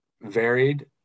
varied